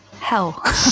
hell